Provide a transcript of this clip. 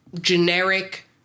generic